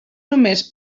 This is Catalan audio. només